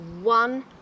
one